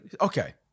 Okay